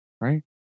right